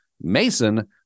Mason